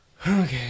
Okay